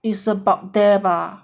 is about there bah